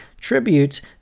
tribute